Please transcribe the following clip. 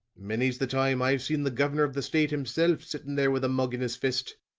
many's the time i've seen the governor of the state himself, sitting there with a mug in his fist.